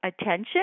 attention